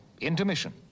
Intermission